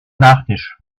nachtisch